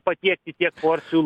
patiekti tiek porcijų